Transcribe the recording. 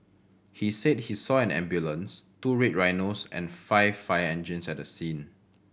he said he saw an ambulance two Red Rhinos and five fire engines at the scene